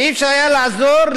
ולא היה אפשר לראות